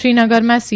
શ્રી નગરમાં સી